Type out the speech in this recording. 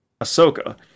Ahsoka